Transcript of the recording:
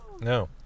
No